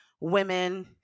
women